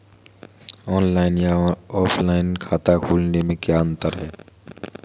Online या offline खाता खोलने में क्या अंतर है बताएँ?